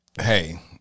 hey